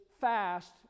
fast